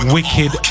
wicked